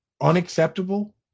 unacceptable